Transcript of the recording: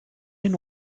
den